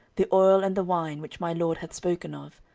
the oil, and the wine, which my lord hath spoken of,